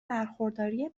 برخورداری